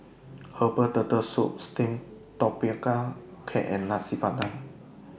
Herbal Turtle Soup Steamed Tapioca Cake and Nasi Padang